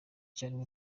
cyarimo